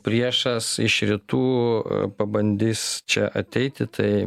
priešas iš rytų pabandys čia ateiti tai